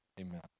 amen